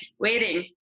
waiting